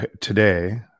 Today